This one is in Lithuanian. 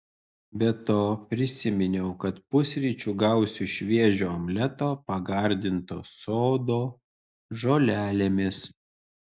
be to prisiminiau kad pusryčių gausiu šviežio omleto pagardinto sodo žolelėmis